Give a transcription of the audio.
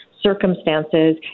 circumstances